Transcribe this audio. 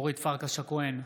אורית פרקש הכהן,